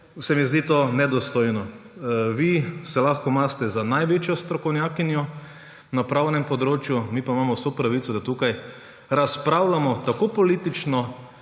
se mi zdi nedostojno. Vi se lahko imate za največjo strokovnjakinjo na pravnem področju, mi pa imamo vso pravico, da tukaj razpravljamo tako politično